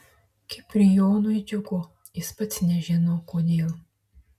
kiprijonui džiugu jis pats nežino kodėl